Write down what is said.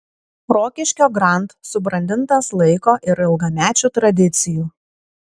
rokiškio grand subrandintas laiko ir ilgamečių tradicijų